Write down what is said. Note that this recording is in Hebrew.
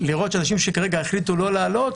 לראות שאנשים שכרגע החליטו לא לעלות,